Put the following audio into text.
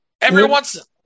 Everyone's